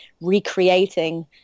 recreating